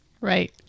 Right